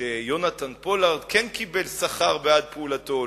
שיהונתן פולארד כן קיבל שכר בעד פעולתו,